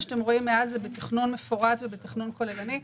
מה שאתם רואים מעל זה בתכנון מפורט ובתכנון כוללני.